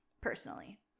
personally